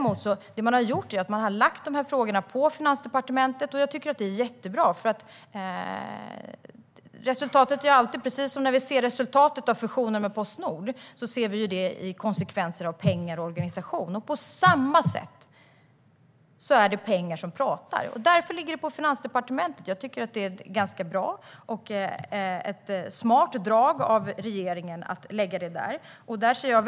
Man har lagt dessa frågor på Finansdepartementet, vilket är bra. För precis som när vi tittar på resultatet av fusionen och Postnord är det pengarna som talar. Därför är det ett smart drag av regeringen att lägga det på Finansdepartementet.